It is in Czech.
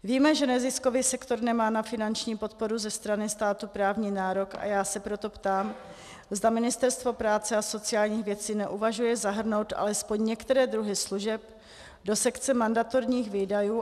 Víme, že neziskový sektor nemá na finanční podporu ze strany státu právní nárok, a já se proto ptám, zda Ministerstvo práce a sociálních věcí neuvažuje zahrnout alespoň některé druhy služeb do sekce mandatorních výdajů.